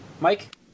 Mike